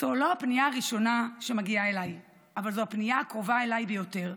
זאת לא הפנייה הראשונה שמגיעה אליי אבל זאת הפנייה הקרובה אליי ביותר.